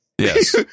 Yes